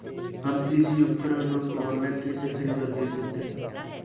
हम कृषि उपकरणों को ऑनलाइन कैसे खरीद और बेच सकते हैं?